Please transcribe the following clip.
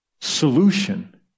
solution